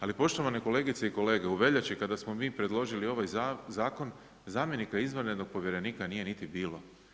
Ali poštovane kolegice i kolege, u veljači kada smo mi predložili ovaj zakon, zamjenika izvanrednog povjerenika nije niti bilo.